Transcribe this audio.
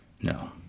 No